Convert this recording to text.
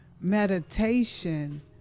meditation